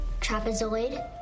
trapezoid